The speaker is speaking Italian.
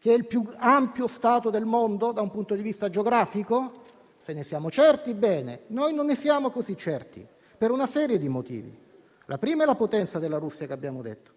che è il più ampio Stato del mondo da un punto di vista geografico? Se ne siamo certi, bene. Noi non ne siamo così certi per una serie di motivi: innanzitutto, è la potenza della Russia, come abbiamo già detto;